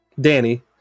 Danny